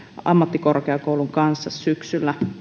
ammattikorkeakoulun kanssa syksyllä